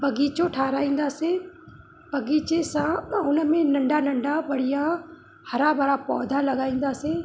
बाग़ीचो ठाहिराईंदासीं बाग़ीचे सां उनमें नंढा नंढा बढ़िया हरा भरा पौधा लॻाईंदासीं